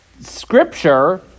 scripture